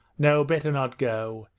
no, better not go.